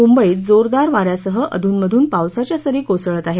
मुंबईत जोरदार वान्यासह अधून मधून पावसाच्या करी कोसळत आहेत